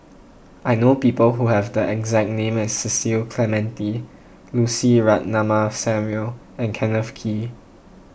I know people who have the exact name as Cecil Clementi Lucy Ratnammah Samuel and Kenneth Kee